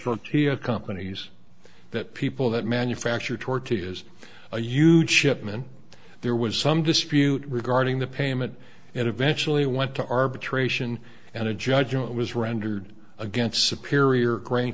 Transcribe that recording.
tortilla companies that people that manufacture tortillas a huge shipment there was some dispute regarding the payment and eventually went to arbitration and a judgment was rendered against superior gr